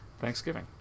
Thanksgiving